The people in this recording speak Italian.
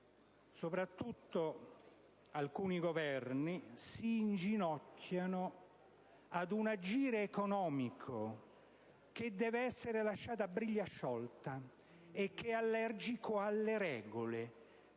soprattutto alcuni Governi si inginocchiano di fronte ad un agire economico che deve essere lasciato a briglia sciolta e che è allergico alle regole.